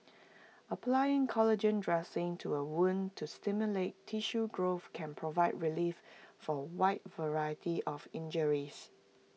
applying collagen dressings to A wound to stimulate tissue growth can provide relief for A wide variety of injuries